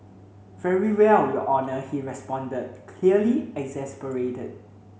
very well your Honour he responded clearly exasperated